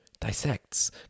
dissects